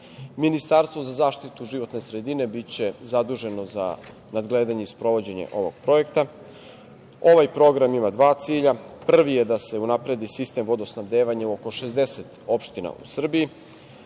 Ministarstvo za zaštitu životne sredine biće zaduženo za nadgledanje i sprovođenje ovog projekta. Ovaj program ima dva cilja, prvi je da se unapredi sistem vodosnabdevanja oko 60 opština u Srbiji.